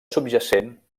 subjacent